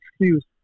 excuse